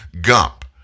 Gump